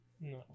No